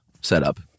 setup